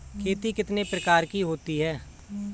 खेती कितने प्रकार की होती है?